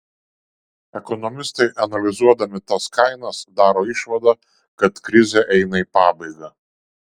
ekonomistai analizuodami tas kainas daro išvadą kad krizė eina į pabaigą